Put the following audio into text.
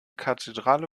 kathedrale